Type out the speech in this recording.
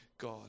God